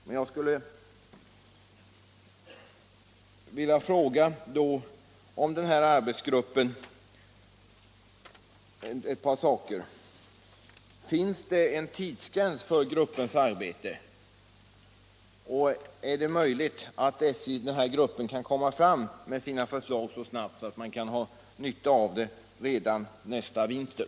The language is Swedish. Men jag skulle då vilja ställa ett par frågor om denna arbetsgrupp: Finns det en tidsgräns för gruppens arbete? Är det möjligt att gruppen kan lägga fram sina förslag så snabbt att man kan ha nytta av dem redan nästa vinter?